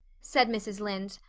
said mrs. lynde.